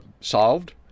solved